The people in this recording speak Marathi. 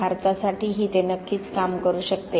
भारतासाठीही ते नक्कीच काम करू शकते